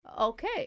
okay